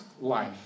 life